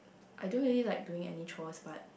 I don't really like doing any chores but